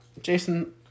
Jason